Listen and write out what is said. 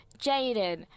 Jaden